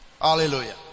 hallelujah